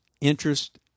interest